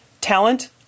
talent